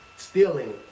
stealing